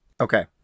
Okay